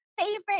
favorite